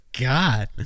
god